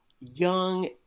young